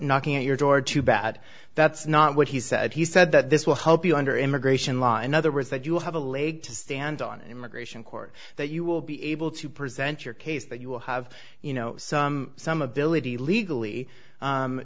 knocking at your door too bad that's not what he said he said that this will help you under immigration law in other words that you will have a leg to stand on immigration court that you will be able to present your case that you will have you know some some ability legally